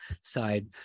side